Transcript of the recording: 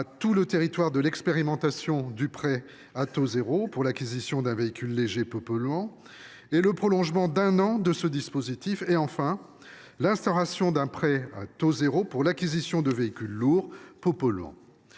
tout le territoire de l’expérimentation du prêt à taux zéro (PTZ) pour l’acquisition d’un véhicule léger peu polluant et le prolongement d’un an de ce dispositif ; sur l’instauration d’un prêt à taux zéro pour l’acquisition de véhicules lourds peu polluants.